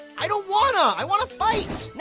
i don't wanna. i wanna fight.